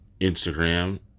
Instagram